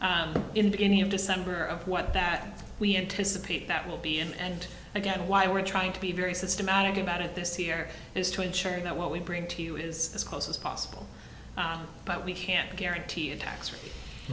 in beginning of december of what that we anticipate that will be and again why we're trying to be very systematic about it this year is to ensure that what we bring to you is as close as possible but we can't guarantee a tax rate